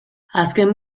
azken